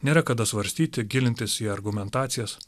nėra kada svarstyti gilintis į argumentacijas